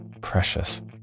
precious